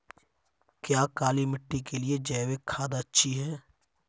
क्या काली मिट्टी के लिए जैविक खाद अच्छी है?